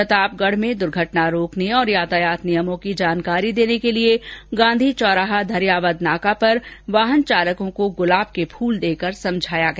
प्रतापगढ में दुर्धटना रोकने और यातायात नियमों की जानकारी देने के लिए गांधी चौराहा धरियावाद नाका पर वाहन चालकों को गुलाब के फूल देकर समझाया गया